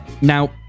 Now